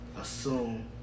assume